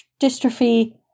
dystrophy